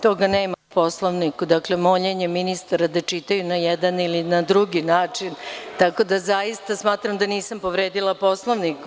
Toga nema u Poslovniku, dakle moljenje ministara da čitaju na jedan ili na drugi način, tako da zaista smatram da nisam povredila Poslovniku.